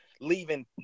leaving